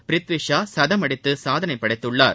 பிரித்வி ஷா சதம் அடித்து சாதனை படைத்துள்ளார்